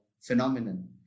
phenomenon